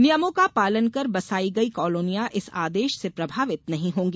नियमों का पालन कर बसाई गई कॉलोनियां इस आदेश से प्रभावित नहीं होंगी